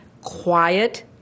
quiet